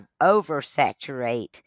oversaturate